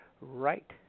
right